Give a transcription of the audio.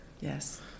Yes